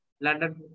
London